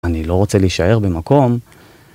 אני לא רוצה להישאר במקום.